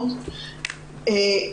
הזאת,